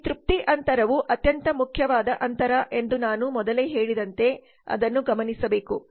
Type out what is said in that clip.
ಈ ತೃಪ್ತಿ ಅಂತರವು ಅತ್ಯಂತ ಮುಖ್ಯವಾದ ಅಂತರ ಎಂದು ನಾನು ಮೊದಲೇ ಹೇಳಿದಂತೆ ಅದನ್ನು ಗಮನಿಸಬೇಕು